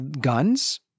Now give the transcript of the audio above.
guns